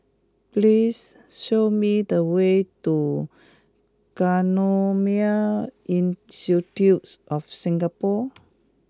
please show me the way to Genome Institute of Singapore